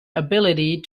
ability